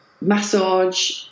massage